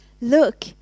Look